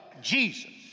Jesus